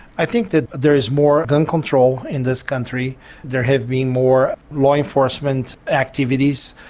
i think that there is more gun control in this country there have been more law enforcement activities,